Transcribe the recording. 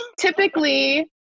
typically